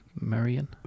Marion